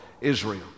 Israel